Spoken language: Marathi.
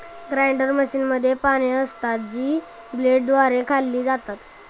ग्राइंडर मशीनमध्ये पाने असतात, जी ब्लेडद्वारे खाल्ली जातात